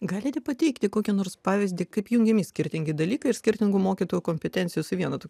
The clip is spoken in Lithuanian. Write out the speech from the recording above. galite pateikti kokį nors pavyzdį kaip jungiami skirtingi dalykai ir skirtingų mokytojų kompetencijos vienetų